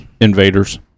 Invaders